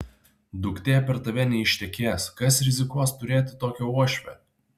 duktė per tave neištekės kas rizikuos turėti tokią uošvę